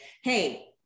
hey